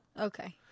Okay